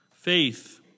faith